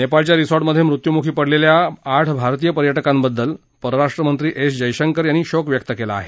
नेपाळच्या रिसॉर्टमध्ये मृत्युमुखी पडलेल्या आठ भारतीय पर्यटकांबद्दल परराष्ट्रमंत्री एस जयशंकर यांनी शोक व्यक्त केला आहे